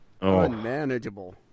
unmanageable